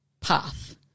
path